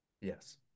Yes